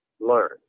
learn